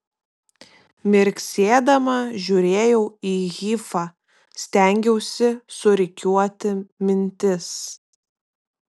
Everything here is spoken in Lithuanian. mirksėdama žiūrėjau į hifą stengiausi surikiuoti mintis